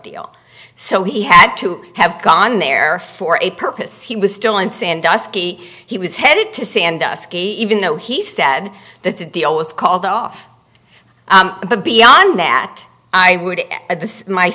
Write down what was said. deal so he had to have gone there for a purpose he was still in sandusky he was headed to sandusky even though he said that the deal was called off but beyond that i would